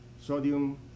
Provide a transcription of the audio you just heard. sodium